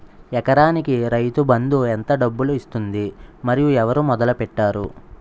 ఎకరానికి రైతు బందు ఎంత డబ్బులు ఇస్తుంది? మరియు ఎవరు మొదల పెట్టారు?